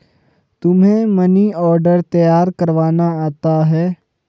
तुम्हें money order तैयार करवाना आता है?